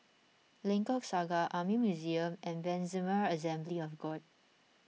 Lengkok Saga Army Museum and Ebenezer Assembly of God